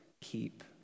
keep